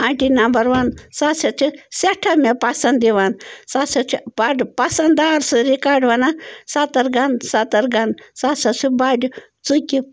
aunty number one سۅ ہَسا چھِ سٮ۪ٹھاہ مےٚ پسنٛد یِوان سُہ ہسا چھُ بڈٕ پسنٛد دار سُہ ریکارڈ وَنان سَترگن سَترگن سُہ ہسا چھُ بَڈٕ ژُکہِ